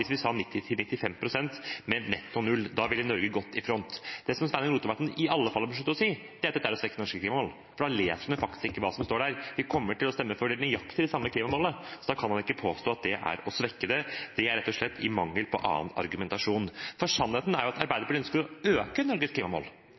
vi ville ledet best an hvis vi sa 90–95 pst. med netto null. Da ville Norge gått i front. Det Sveinung Rotevatn i alle fall bør slutte å si, er at dette er å svekke norske klimamål, for da leser han ikke hva som står der. Vi kommer til å stemme for nøyaktig de samme klimamålene, og da kan man ikke påstå at det er å svekke det. Det gjør man rett og slett i mangel på annen argumentasjon. Sannheten er at